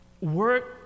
work